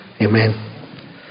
Amen